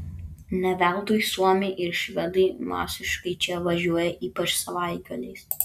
ne veltui suomiai ir švedai masiškai čia važiuoja ypač savaitgaliais